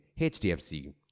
HDFC